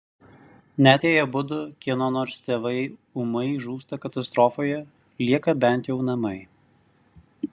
net jei abudu kieno nors tėvai ūmai žūsta katastrofoje lieka bent jau namai